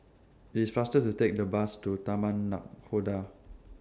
IT IS faster to Take The Bus to Taman Nakhoda